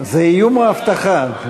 זה איום או הבטחה?